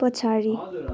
पछाडि